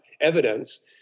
evidence